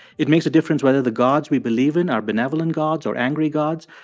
it makes a difference whether the gods we believe in are benevolent gods or angry gods.